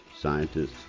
scientists